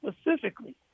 specifically